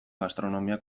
gastronomia